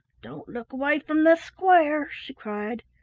don't look away from the square, she cried.